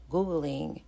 Googling